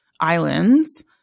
islands